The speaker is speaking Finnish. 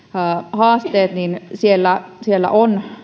haasteet niin siellä siellä on